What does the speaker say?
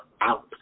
out